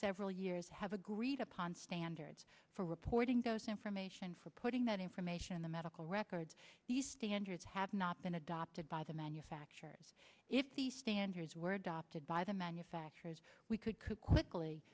several years have agreed upon standards for reporting those information for putting that information in the medical records the standards have not been adopted by the manufacturers if the standards were adopted by the manufacturers we could could quickly